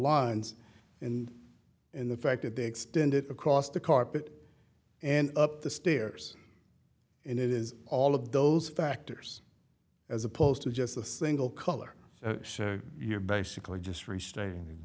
lines and in the fact that they extend it across the carpet and up the stairs and it is all of those factors as opposed to just a single color so you're basically just restatin